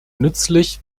nützlich